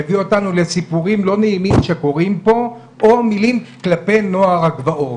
מביא אותנו לסיפורים לא נעימים שקורים פה או מילים כלפי נוער הגבעות.